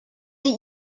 sie